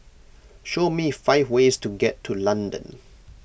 show me five ways to get to London